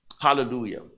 hallelujah